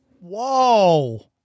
whoa